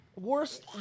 Worst